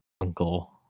uncle